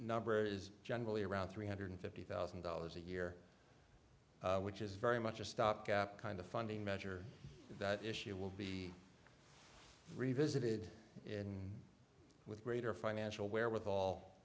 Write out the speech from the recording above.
number is generally around three hundred fifty thousand dollars a year which is very much a stopgap kind of funding measure that issue will be revisited in with greater financial w